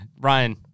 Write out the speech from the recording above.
Ryan